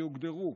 שיוגדרו.